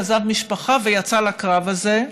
עזב משפחה ויצא לקרב הזה,